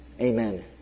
Amen